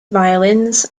violins